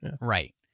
right